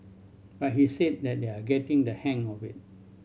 but he said that they are getting the hang of it